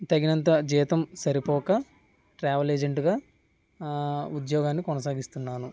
తగినంత జీతం సరిపోక ట్రావెల్ ఏజెంట్గా ఉద్యోగాన్ని కొనసాగిస్తున్నాను